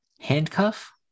handcuff